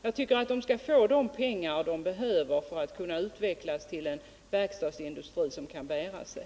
Jag tycker att man där skall få de pengar man behöver för att kunna utvecklas till en verkstadsindustri som kan bära sig.